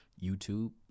YouTube